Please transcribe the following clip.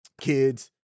kids